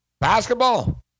basketball